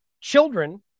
children